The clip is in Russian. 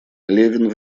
левин